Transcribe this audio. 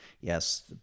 yes